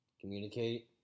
Communicate